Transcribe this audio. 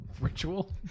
ritual